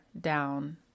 down